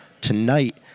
Tonight